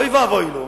אוי ואבוי לו,